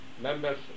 Members